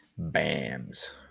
BAMs